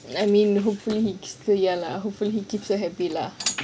I mean hopefully ya lah hopefully he keeps her happy lah